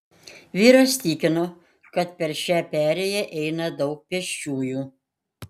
vyras tikino kad per šią perėją eina daug pėsčiųjų